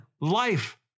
life